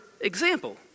example